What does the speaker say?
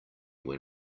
when